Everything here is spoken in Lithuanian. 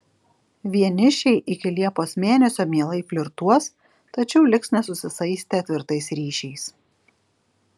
vienišiai iki liepos mėnesio mielai flirtuos tačiau liks nesusisaistę tvirtais ryšiais